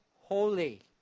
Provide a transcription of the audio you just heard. holy